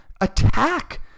attack